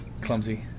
Clumsy